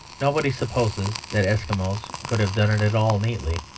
nobody supposes that eskimos could have done it at all neatly.